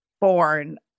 born